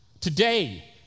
Today